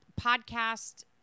podcast